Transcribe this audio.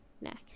next